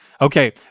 okay